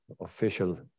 official